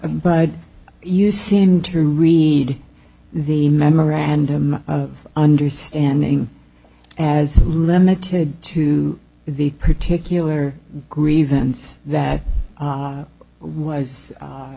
but you seem to read the memorandum of understanding as limited to the particular grievance that was a